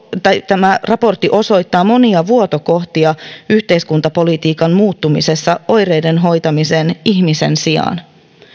tämä raportti osoittaa monia vuotokohtia yhteiskuntapolitiikan muuttumisessa oireiden hoitamiseen ihmisen sijaan